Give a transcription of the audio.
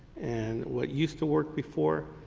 and what used to work before,